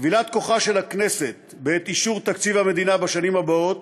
כבילת כוחה של הכנסת בעת אישור תקציב המדינה בשנים הבאות,